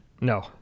No